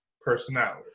personality